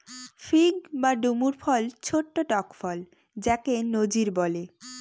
fig বা ডুমুর ফল ছোট্ট টক ফল যাকে নজির বলে